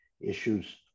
issues